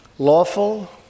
lawful